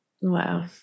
Wow